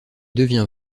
devient